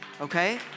okay